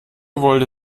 wollte